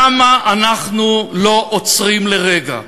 למה אנחנו לא עוצרים לרגע,